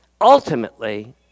Ultimately